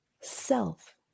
self